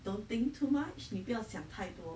don't think too much 你不要想太多